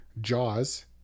Jaws